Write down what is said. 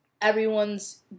everyone's